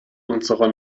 unserer